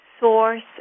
Source